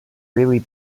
really